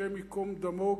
השם יקום דמו,